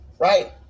Right